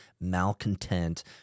malcontent